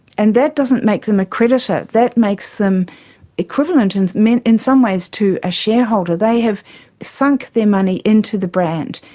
and that doesn't make them accredited, that makes them equivalent and in some ways to a shareholder. they have sunk their money into the brand,